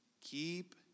Keep